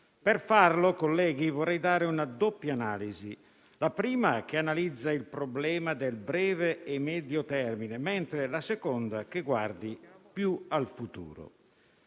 Per farlo, colleghi, vorrei dare una doppia analisi: una prima che analizzi il problema del breve e medio termine, mentre una seconda che guardi più al futuro.